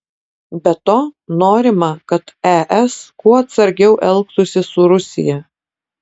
be to norima kad es kuo atsargiau elgtųsi su rusija